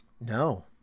No